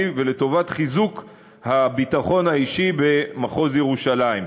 ולטובת חיזוק הביטחון האישי במחוז ירושלים.